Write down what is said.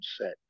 set